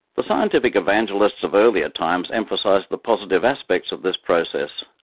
the scientific evangelists of earlier times emphasised the positive aspects of this process.